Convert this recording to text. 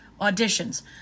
auditions